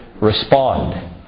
respond